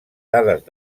dades